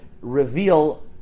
reveal